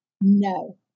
No